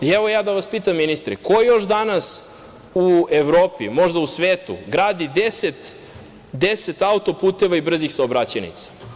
Evo i ja da vas pitam, ministre, ko još danas u Evropi, možda u svetu, gradi 10 auto-puteva i brzih saobraćajnica?